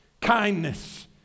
kindness